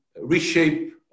reshape